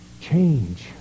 change